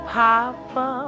papa